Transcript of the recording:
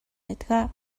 байдаг